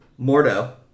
Mordo